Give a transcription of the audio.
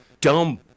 dumb